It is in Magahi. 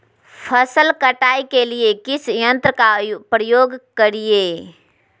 फसल कटाई के लिए किस यंत्र का प्रयोग करिये?